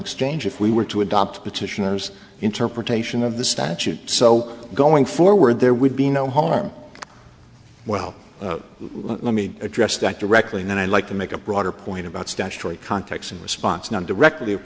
exchange if we were to adopt petitioners interpretation of the statute so going forward there would be no harm well let me address that directly and then i'd like to make a broader point about statutory context and response not directly of